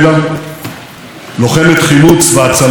לוחמת חילוץ והצלה בפיקוד העורף,